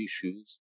issues